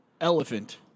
elephant